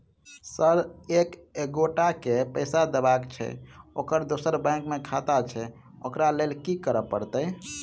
Sir एक एगोटा केँ पैसा देबाक छैय ओकर दोसर बैंक मे खाता छैय ओकरा लैल की करपरतैय?